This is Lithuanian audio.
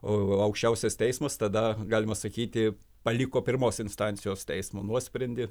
o aukščiausias teismas tada galima sakyti paliko pirmos instancijos teismo nuosprendį